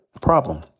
problem